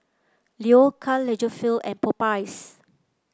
Leo Karl Lagerfeld and Popeyes